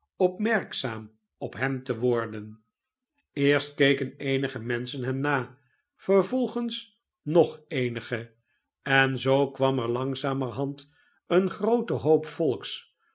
opmerkzaam op hem te worden eerst keken eenige menschen hem na vervolgens nog eenige een zondebltnge lijpwacht en zoo kwam er langzamerhand een groote hoop volks